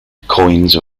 coins